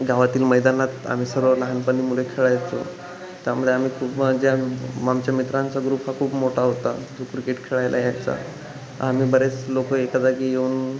गावातील मैदानात आम्ही सर्व लहानपणी मुले खेळायचो त्यामध्ये आम्ही खूप मजा आमच्या मित्रांचा ग्रुप हा खूप मोठा होता तो क्रिकेट खेळायला यायचा आम्ही बरेच लोकं एका जागी येऊन